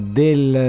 del